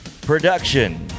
production